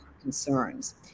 concerns